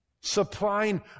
supplying